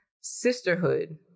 sisterhood